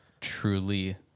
truly